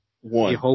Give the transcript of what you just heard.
one